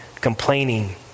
complaining